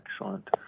Excellent